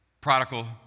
prodigal